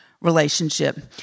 relationship